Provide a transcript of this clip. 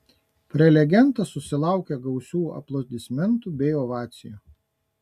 prelegentas susilaukė gausių aplodismentų bei ovacijų